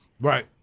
Right